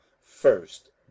first